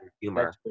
humor